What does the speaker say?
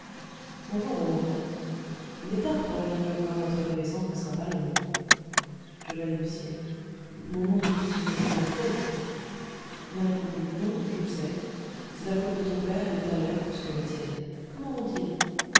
bonjour mon enfant il est tard pour me venir voir notre connaissance ne sera pas longue je balbutiai mon oncle ce n'est pas ma faute il répondit non je le sais c'est la faute de ton père et de ta mère plus que la tienne comment vont-ils